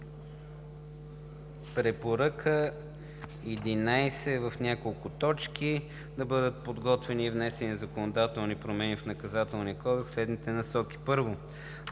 препоръка е в няколко точки: „11. Да бъдат подготвени и внесени законодателни промени в Наказателния кодекс в следните насоки: